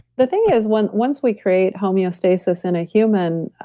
the thing is, once once we create homeostasis in a human,